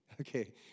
okay